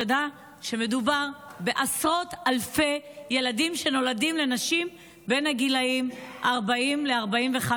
תדע שמדובר בעשרות אלפי ילדים שנולדים לנשים בין הגילים 40 ל-45.